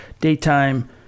daytime